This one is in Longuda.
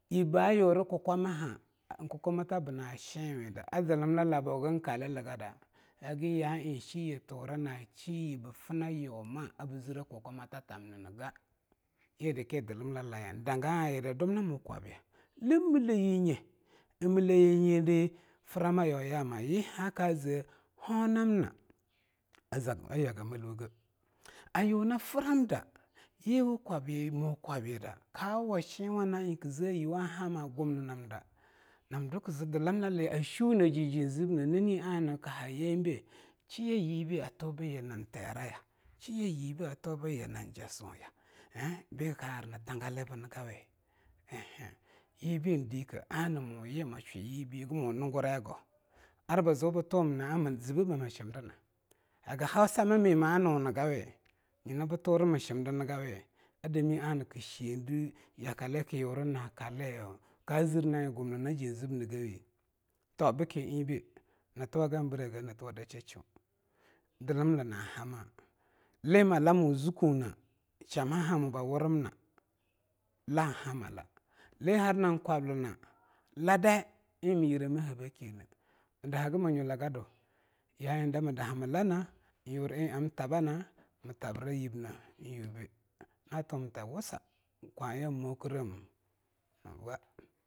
Yibbayura kukkwaha kukkwamata buna shengwida ar zlmllabo hagankalilgada haganya'a eing shiye a tura na'a shiyeyina ar anyua a bzire kukkwattamnge yeda kendanga'anye handwam na mo kwabya lam nmilleyinye a milleyinyidi frama a yauyama yi haka ze honamna azag ayagmilwuge, ayuina framda yiwa kwabya mo kwabyida ka awashengwa a na'a eing kze ayuwanhama gumninamda namdwa kza zlmlmileli a shunji jinzib ne nani ana kahayenbei shiya yi bei ato byinam Teraya, shiye yibei ato byinam Jaseuya arbika arbna Tangale bngawi? eing ghe yibei ndike ana m yi mshwuyibei hagmu nungurayago m shimdna? haghausama mi mano'ngawi? nyina bturm mshindbgawi? a dame ana kshende yakale kyura nkali'a kazir na'a eing a gumna jinzbngawi? to bke eingbei ntuwagan brege ntuwa da shesheon, zlmla na hama'a. Lemla mo zukun ne shamhahamo bwurmna lanhala le harnam kwalna ladai eing myiremehabakineh mdahagamnyulagada ya'a eing mtahra yibneh nyubei natu wam ta wussa kwayenmu grim yauwa.